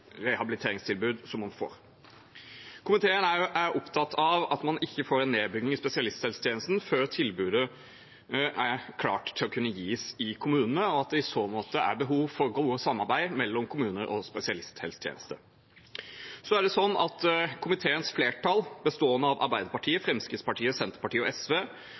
rehabiliteringstilbud som gis, og komiteen mener da det må være en prioritert oppgave å sørge for at bosted ikke er avgjørende for tilgang og kvalitet på habiliterings- og rehabiliteringstilbudet man får. Komiteen er opptatt av at man ikke får en nedbygging i spesialisthelsetjenesten før tilbudet er klart til å kunne gis i kommunene, og at det i så måte er behov for godt samarbeid mellom kommune og